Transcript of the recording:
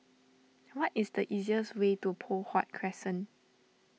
what is the easiest way to Poh Huat Crescent